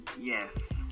Yes